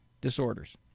disorders